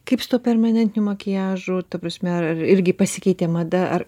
kaip su tuo permanentiniu makiažu ta prasme ar irgi pasikeitė mada ar